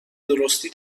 درستی